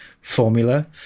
formula